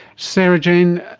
sarah-jane,